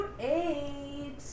eight